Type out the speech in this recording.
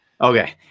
okay